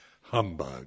humbug